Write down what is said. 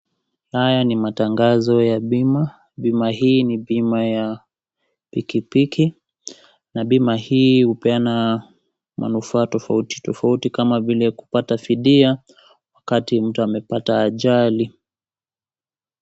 Haya ni matangazo ya bima , bima hii ni ya pikipiki na bima hii hupeana manufaa tofautitofauti kama vile kupata fidia wakati mtu amepata ajali.